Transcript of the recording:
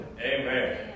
Amen